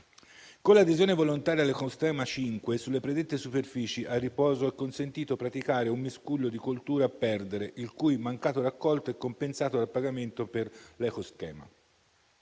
Con l'adesione volontaria all'ecoschema 5, sulle predette superfici a riposo è consentito praticare un miscuglio di colture a perdere, il cui mancato raccolto è compensato dal pagamento per l'ecoschema.